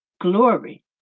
Glory